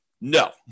No